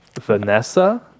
Vanessa